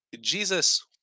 Jesus